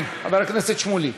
בבקשה, חבר הכנסת איציק שמולי.